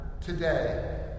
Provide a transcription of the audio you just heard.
today